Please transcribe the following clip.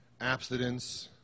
abstinence